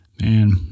man